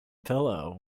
pillow